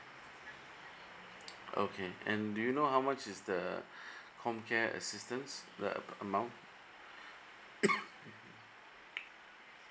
okay and do you know how much is the comcare assistance the amount